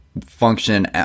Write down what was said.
function